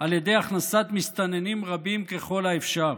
על ידי הכנסת מסתננים רבים ככל האפשר.